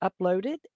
uploaded